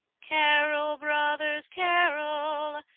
carol, brothers, carol,